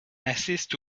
assiste